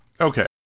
Okay